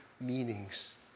meanings